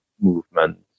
movement